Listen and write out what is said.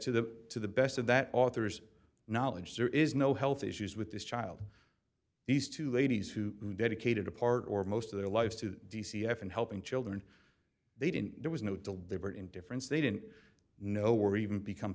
to the to the best of that author's knowledge there is no health issues with this child these two ladies who dedicated a part or most of their lives to d c s and helping children they didn't there was no deliberate indifference they didn't know or even become